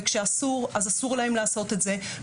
וכאשר אסור אז אסור להם לעשות את זה.